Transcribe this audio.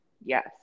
Yes